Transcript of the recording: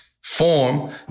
form